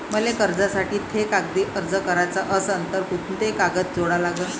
मले कर्जासाठी थे कागदी अर्ज कराचा असन तर कुंते कागद जोडा लागन?